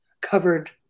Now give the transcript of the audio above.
covered